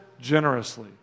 generously